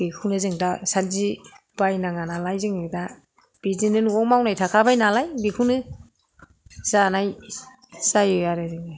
बेखौनो जों दासान्दि बायनाङा नालाय जोङो दा बिदिनो न'आव मावनाय थाखाबाय नालाय बेखौनो जानाय जायो आरो जों